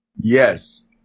Yes